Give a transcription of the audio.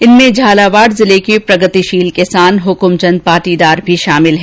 इनमें झालावाड जिले के प्रगतिशील किसान हक्मचंद पाटीदार भी शामिल है